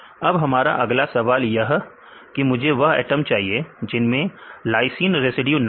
अब हमारा अगला सवाल किया की मुझे वह एटम चाहिए जिनमें लाइसीन रेसिड्यू ना हो